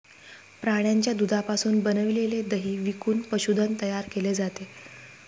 प्राण्यांच्या दुधापासून बनविलेले दही विकून पशुधन तयार केले जाते